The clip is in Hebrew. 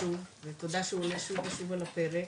חשוב ותודה שהוא עולה שוב ושוב על הפרק.